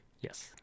Yes